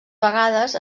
vegades